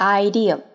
idea